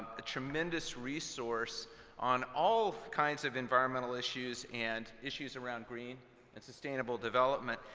a tremendous resource on all kinds of environmental issues and issues around green and sustainable development.